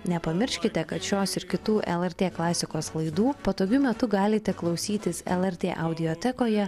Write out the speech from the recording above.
nepamirškite kad šios ir kitų lrt klasikos laidų patogiu metu galite klausytis lrt audiotekoje